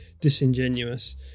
disingenuous